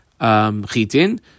chitin